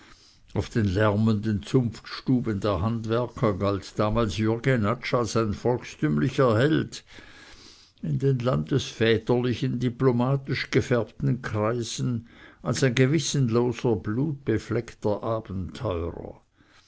auf den lärmenden zunftstuben der handwerker galt damals jürg jenatsch als ein volkstümlicher held in den landesväterlichen diplomatisch gefärbten kreisen als ein gewissenloser blutbefleckter abenteurer